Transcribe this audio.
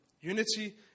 Unity